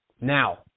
Now